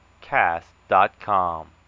cast.com